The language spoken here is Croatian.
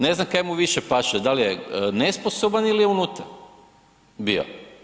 Ne znam kaj mu više paše da li je nesposoban ili je unutra bio.